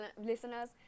listeners